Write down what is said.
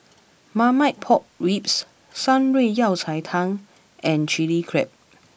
Marmite Pork Ribs Shan Rui Yao Cai Tang and Chilli Crab